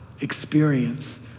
experience